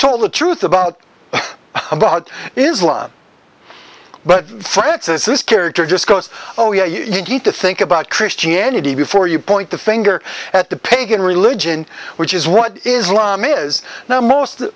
told the truth about about islam but francis this character just goes oh yeah you need to think about christianity before you point the finger at the pagan religion which is what islam is now most